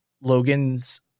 Logan's